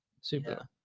Super